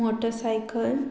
motorcycle